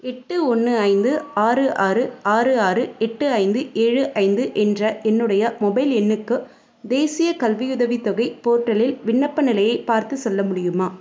எட்டு ஒன்று ஐந்து ஆறு ஆறு ஆறு ஆறு எட்டு ஐந்து ஏழு ஐந்து என்ற என்னுடைய மொபைல் எண்ணுக்கு தேசியக் கல்வியுதவித் தொகை போர்ட்டலில் விண்ணப்ப நிலையைப் பார்த்து சொல்ல முடியுமா